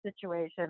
situation